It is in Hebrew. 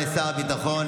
תודה רבה, שר הביטחון.